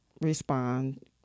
respond